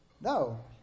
No